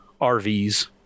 RVs